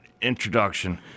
introduction